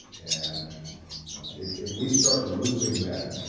and if if we start losing that,